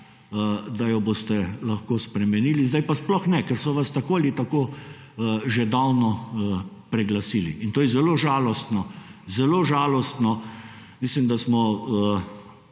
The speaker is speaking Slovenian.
da jo boste lahko spremenili sedaj pa sploh ne, ker so vas tako ali tako že davno preglasili in to je zelo žalostno. Mislim, da smo